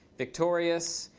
victorious.